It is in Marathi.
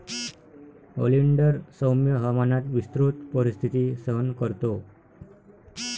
ओलिंडर सौम्य हवामानात विस्तृत परिस्थिती सहन करतो